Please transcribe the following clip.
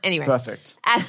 Perfect